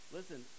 Listen